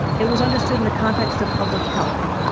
it was understood in the context of public health.